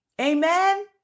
Amen